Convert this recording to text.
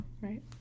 Right